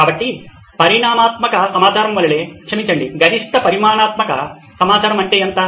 కాబట్టి పరిమాణాత్మక సమాచారం వలె క్షమించండి గరిష్ట పరిమాణాత్మక సమాచారం అంటే ఎంత